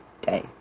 day